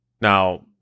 Now